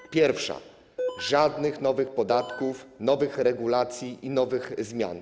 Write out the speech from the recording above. Po pierwsze, żadnych nowych podatków, nowych regulacji i nowych zmian.